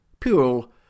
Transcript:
Pool